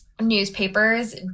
newspapers